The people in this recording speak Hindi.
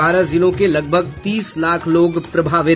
बारह जिलों के लगभग तीस लाख लोग प्रभावित